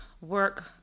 work